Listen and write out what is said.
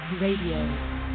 Radio